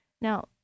Now